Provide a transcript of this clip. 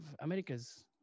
America's